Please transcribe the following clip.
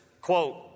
quote